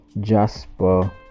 jasper